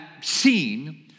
scene